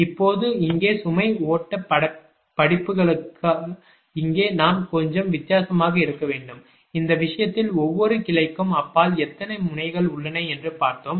இப்போது இங்கே சுமை ஓட்டப் படிப்புகளுக்கு இங்கே நாம் கொஞ்சம் வித்தியாசமாக இருக்க வேண்டும் இந்த விஷயத்தில் ஒவ்வொரு கிளைக்கும் அப்பால் எத்தனை முனைகள் உள்ளன என்று பார்த்தோம்